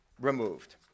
removed